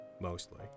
mostly